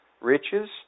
riches